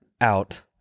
out